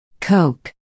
Coke